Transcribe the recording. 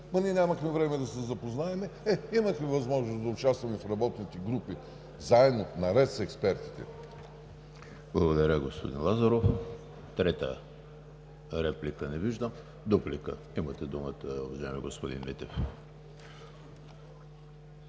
ние нямахме време да се запознаем. Е, имахме възможност да участваме в работните групи заедно и наред с експертите. ПРЕДСЕДАТЕЛ ЕМИЛ ХРИСТОВ: Благодаря, господин Лазаров. Трета реплика? Не виждам. Дуплика – имате думата, уважаеми господин Митев